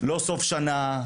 לא סוף שנה,